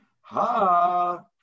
Ha